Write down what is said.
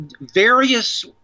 various